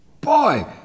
boy